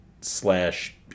slash